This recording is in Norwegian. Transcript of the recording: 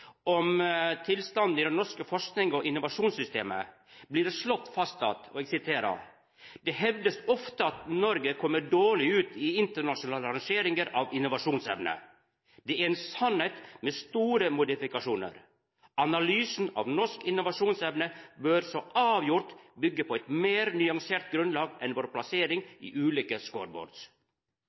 om tilstanden i det norske forskings- og innovasjonssystemet, vert det slått fast: «Det hevdes ofte at Norge kommer dårlig ut i internasjonale rangeringer av innovasjonsevne. Det er en sannhet med store modifikasjoner.» Og vidare: «Men analysen av norsk innovasjonsevne bør avgjort bygge på et mer nyansert grunnlag enn vår samlete plassering i ulike